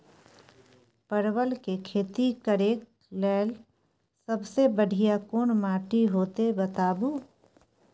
परवल के खेती करेक लैल सबसे बढ़िया कोन माटी होते बताबू?